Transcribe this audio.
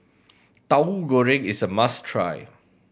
Tauhu Goreng is a must try